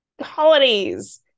holidays